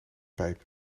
pijp